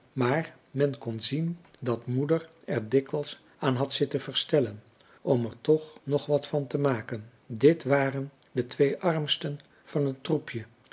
maar men kon zien dat moeder er dikwijls aan had zitten verstellen om er toch nog wàt van te maken dit waren de twee armsten van het troepje